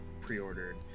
pre-ordered